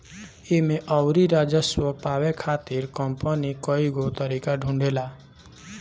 एमे अउरी राजस्व पावे खातिर कंपनी कईगो तरीका ढूंढ़ता